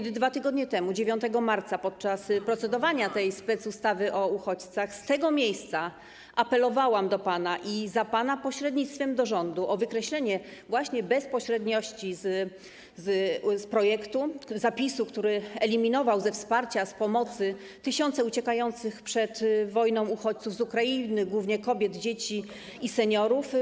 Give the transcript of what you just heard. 2 tygodnie temu, 9 marca, podczas procedowania nad tą specustawą o uchodźcach z tego miejsca apelowałam do pana i za pana pośrednictwem do rządu o wykreślenie bezpośredniości z projektu, zapisu, który eliminował ze wsparcia, z pomocy tysiące uciekających przed wojną uchodźców z Ukrainy, głównie kobiet, dzieci i seniorów.